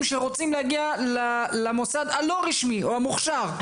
שרוצים להגיע למוסד הלא רשמי או המוכשר,